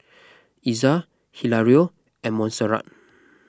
Iza Hilario and Montserrat